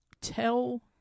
tell